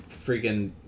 freaking